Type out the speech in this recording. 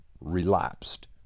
relapsed